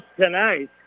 tonight